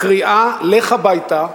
הקריאה "לך הביתה"